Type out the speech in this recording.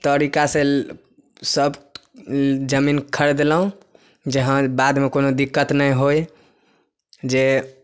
तरीका से सभ जमीन खरीदलहुॅं जे हँ बादमे कोनो दिक्कत नहि होइ जे